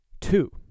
two